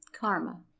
Karma